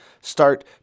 start